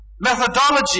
methodology